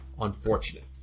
unfortunate